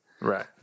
Right